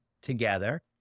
together